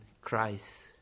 Christ